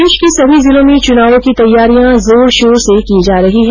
प्रदेश के सभी जिलों में चुनावों की तैयारियां जोर शोर से की जा रही है